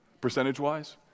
percentage-wise